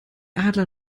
adler